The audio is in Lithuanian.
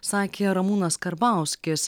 sakė ramūnas karbauskis